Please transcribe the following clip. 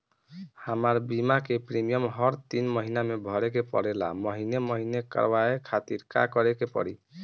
हमार बीमा के प्रीमियम हर तीन महिना में भरे के पड़ेला महीने महीने करवाए खातिर का करे के पड़ी?